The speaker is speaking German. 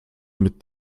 mit